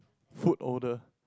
food odour